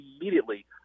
immediately